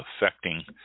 affecting